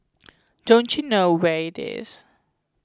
don't you know where it is